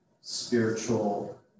spiritual